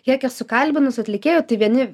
kiek esu kalbinus atlikėjų tai vieni